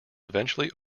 eventually